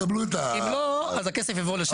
אם לא, אז הכסף יעבור לשם.